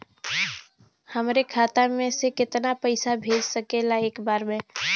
हमरे खाता में से कितना पईसा भेज सकेला एक बार में?